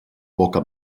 boca